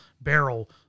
Barrel